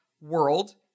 world